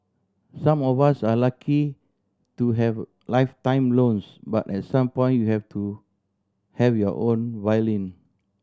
some of us are lucky to have lifetime loans but at some point you have to have your own violin